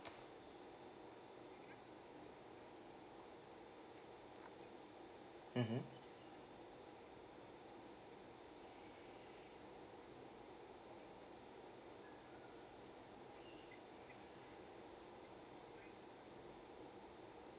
mmhmm